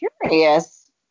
curious